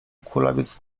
kulawiec